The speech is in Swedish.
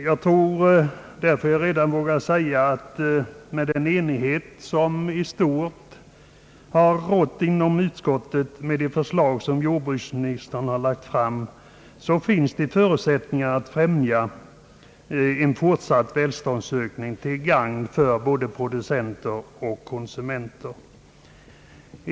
Jag vågar därför säga att det med den enighet som i stort sett har rått inom utskottet om det förslag som jordbruksministern har lagt fram finns förutsättningar för att främja en fortsatt välståndsökning till gagn för både producenter och konsumenter.